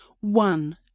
One